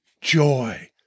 joy